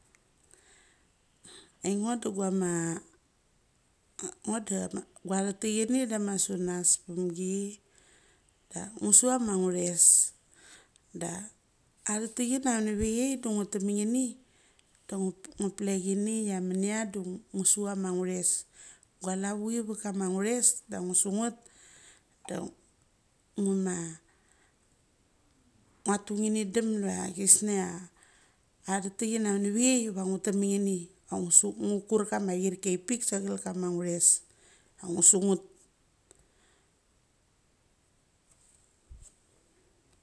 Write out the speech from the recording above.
Ia ngo do guama ngo gua chete. Chini dama sunas pemgi da ngu su ama chuthoes. Da acetekchini avenivchai de ngu tek na ngini da ngu plek chin chia mania de ngu su chama ngu thoes. Gualavuchi ve kam ngu thoes da ngusu ngat de ngu ma ngun tu ngi ni dem chia chusnia athek chni avenivichai va ngu tek ne ngini va ngusa ngu kur kama achirki aipik sagel kama ngu thoses ma ngu su ngat.